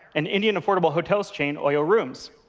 and indian affordable hotels chain oyo rooms.